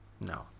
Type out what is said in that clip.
No